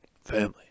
Family